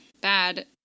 Bad